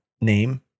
name